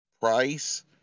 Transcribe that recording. price